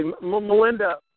Melinda